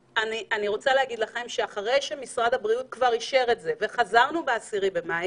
אחרי שמשרד הבריאות כבר אישר את זה וחזרנו ב-10 במאי,